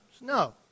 No